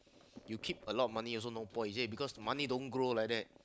you keep a lot of money also no point he said because money don't grow like that